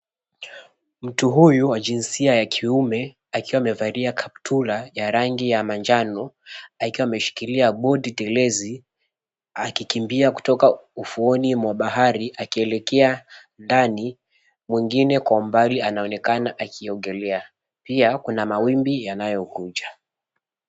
Mtu huyu wa jinsia ya kiume akiwa amevalia kaptula ya rangi ya manjano akiwa ameshikilia bodi telezi akikimbia kutoka ufuoni mwa bahari akielekea ndani, mwingine kwa umbali anaonekana akiogelea. Pia kuna mawimbi yanayokuja.